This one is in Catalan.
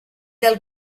del